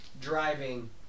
Driving